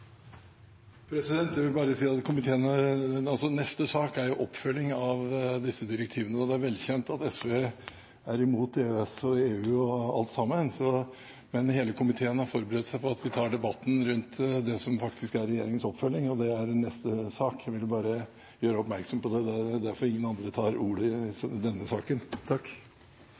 EØS-avtalen. Jeg vil bare si at neste sak er oppfølging av disse direktivene, og det er velkjent at SV er imot EØS og EU og alt sammen. Men hele komiteen har forberedt seg på at vi tar debatten rundt det som er regjeringens oppfølging, og det er i neste sak. Jeg ville bare gjøre oppmerksom på det. Det er derfor ingen andre tar ordet i denne saken.